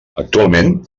actualment